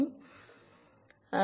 2பை RTR